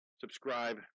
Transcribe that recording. subscribe